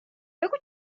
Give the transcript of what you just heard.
بگو